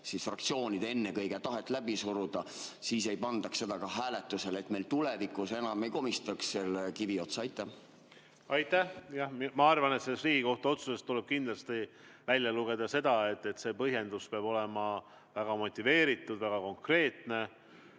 fraktsioonide ennekõike-tahet läbi suruda, siis ei pandaks seda ka hääletusele, et me tulevikus enam ei komistaks selle kivi otsa. Aitäh! Jah, ma arvan, et sellest Riigikohtu otsusest tuleb kindlasti välja lugeda, et see põhjendus peab olema väga motiveeritud ja konkreetne.